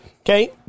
okay